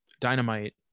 Dynamite